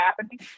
happening